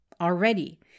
already